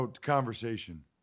conversation